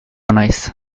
naiz